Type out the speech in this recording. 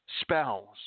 spells